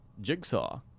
Jigsaw